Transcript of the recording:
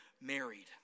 married